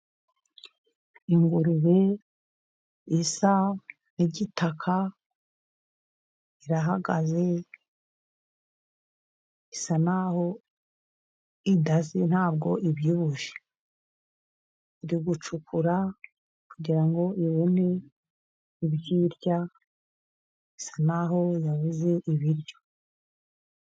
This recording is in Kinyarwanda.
Ingurube isa n’igitaka, irahagaze isa n’aho idaze, ntabwo ibyibushye. Iri gucukura kugira ngo ibone ibyo irya, isa n’aho yabuze ibiryo.